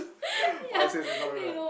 what I say it's not very bad